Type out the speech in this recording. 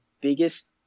biggest